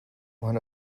one